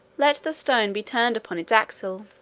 let the stone be turned upon its axle,